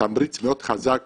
תמריץ מאוד חזק